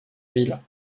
ville